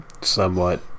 somewhat